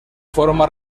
forma